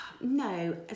No